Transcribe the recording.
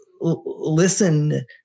listen